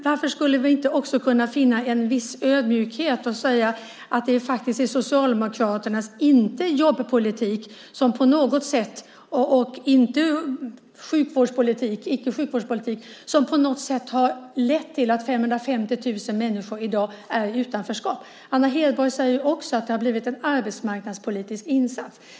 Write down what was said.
Varför skulle vi inte också kunna finna en viss ödmjukhet och säga att det faktiskt är Socialdemokraternas icke-jobbpolitik och icke-sjukvårdspolitik som på något sätt har lett till att 550 000 människor i dag är i utanförskap? Anna Hedborg säger också att det har blivit en arbetsmarknadspolitisk insats.